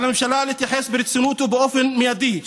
על הממשלה להתייחס ברצינות ובאופן מיידי לדוח העוני,